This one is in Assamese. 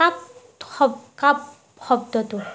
কাপ শব্দ কাপ শব্দটো